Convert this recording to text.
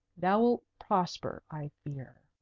thou'lt prosper, i fear.